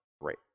Great